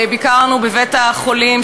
ביקרנו בבית-החולים,